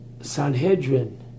Sanhedrin